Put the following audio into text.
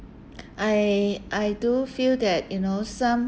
I I do feel that you know some